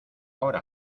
ahora